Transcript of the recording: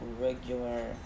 regular